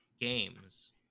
games